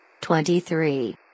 twenty-three